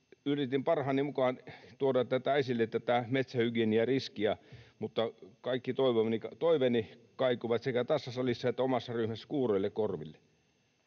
yritin parhaani mukaan tuoda esille tätä metsähygieniariskiä, mutta kaikki toiveeni kaikuivat sekä tässä salissa että omassa ryhmässäni kuuroille korville.